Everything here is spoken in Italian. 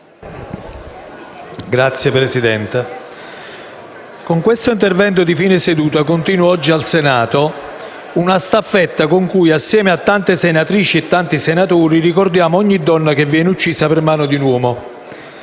Signora Presidente, con questo intervento di fine seduta continuo oggi al Senato una staffetta con cui, assieme a tante senatrici e tanti senatori, ricordiamo ogni donna che viene uccisa per mano di un uomo,